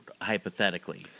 hypothetically